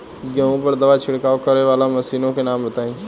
गेहूँ पर दवा छिड़काव करेवाला मशीनों के नाम बताई?